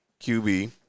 QB